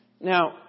Now